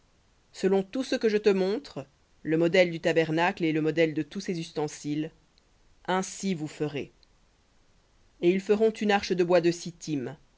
selon tout ce que je te montre le modèle du tabernacle et le modèle de tous ses ustensiles ainsi vous ferez v et ils feront une arche de bois de